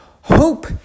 Hope